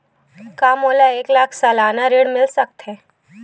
का मोला एक लाख सालाना ऋण मिल सकथे?